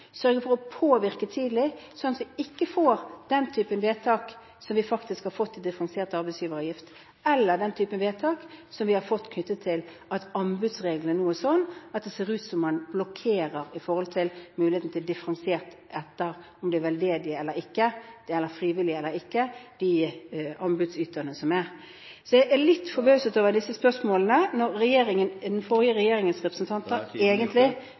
sørge for å påvirke tidlig, sånn at vi ikke får den typen vedtak som vi faktisk har fått når det gjelder differensiert arbeidsgiveravgift, eller den typen vedtak vi har fått knyttet til at anbudsreglene nå er sånn at det ser ut som man blokkerer muligheten til differensiering ut fra om anbudsyterne er veldedige eller ikke, eller frivillige eller ikke. Jeg er litt forbauset over disse spørsmålene, når den forrige regjeringens representanter egentlig